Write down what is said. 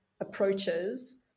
approaches